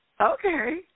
Okay